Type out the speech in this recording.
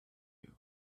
you